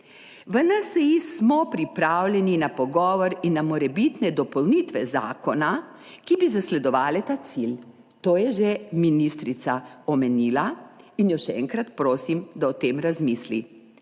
V NSi smo pripravljeni na pogovor in na morebitne dopolnitve zakona, ki bi zasledovale ta cilj. To je že ministrica omenila in jo še enkrat prosim, da o tem razmisli.